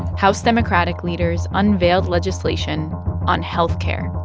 house democratic leaders unveiled legislation on health care.